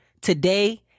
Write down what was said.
today